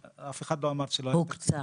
אף אחד לא אמר שלא היה תקציב.